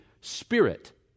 Spirit